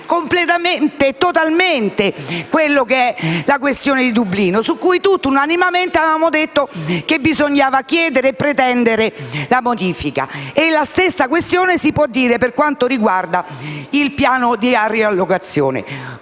completamente e totalmente la questione posta, su cui tutti unanimemente avevamo detto che bisognava chiedere e pretendere una modifica. Lo stesso si può dire per quanto riguarda il piano di riallocazione.